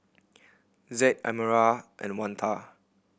Zaid Almira and Oneta